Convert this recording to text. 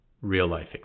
real-life